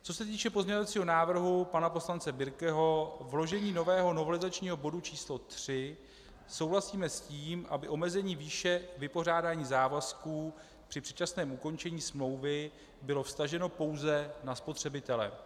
Co se týče pozměňovacího návrhu pana poslance Birkeho, vložení nového novelizačního bodu č. 3, souhlasíme s tím, aby omezení výše vypořádání závazků při předčasném ukončení smlouvy bylo vztaženo pouze na spotřebitele.